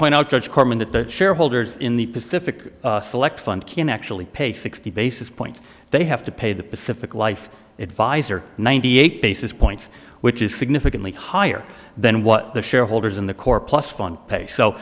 point out judge korman that the shareholders in the pacific select fund can actually pay sixty basis points they have to pay the pacific life advisor ninety eight basis points which is significantly higher than what the shareholders in the core plus fund pay so